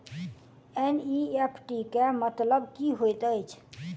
NEFT केँ मतलब की होइत अछि?